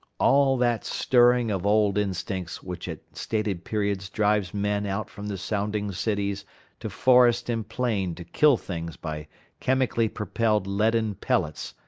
all that stirring of old instincts which at stated periods drives men out from the sounding cities to forest and plain to kill things by chemically propelled leaden pellets,